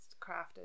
crafted